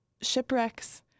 shipwrecks